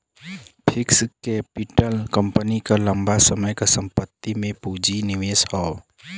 fixed capital company क लंबा समय क संपत्ति में पूंजी निवेश हौ